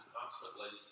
constantly